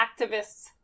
activists